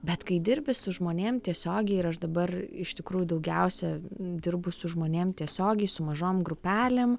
bet kai dirbi su žmonėm tiesiogiai ir aš dabar iš tikrųjų daugiausia dirbu su žmonėm tiesiogiai su mažom grupelėm